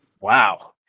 Wow